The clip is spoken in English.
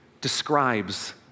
describes